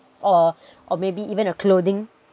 or or maybe even a clothing